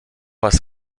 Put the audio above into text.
was